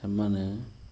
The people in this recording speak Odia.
ଏମାନେ